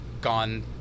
gone